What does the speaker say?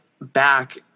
back